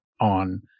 on